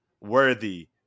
worthy